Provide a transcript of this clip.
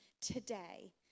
today